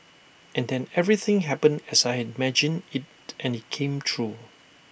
and then everything happened as I had imagined IT and IT came true